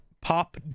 pop